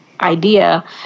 idea